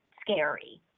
scary